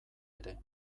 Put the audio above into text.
ere